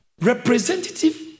representative